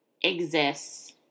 exists